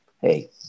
hey